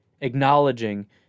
acknowledging